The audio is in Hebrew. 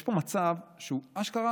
פה מצב שהוא אשכרה